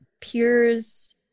peers